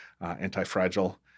Anti-Fragile